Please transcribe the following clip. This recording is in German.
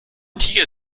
tiger